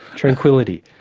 tranquility.